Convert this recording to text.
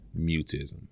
mutism